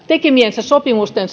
tekemiensä sopimusten